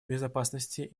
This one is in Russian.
безопасности